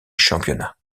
championnat